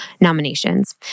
nominations